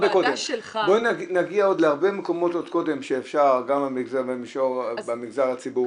הרבה הרבה יותר נמוך ממה שמקובל בתחום הזה.